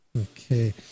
Okay